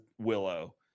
Willow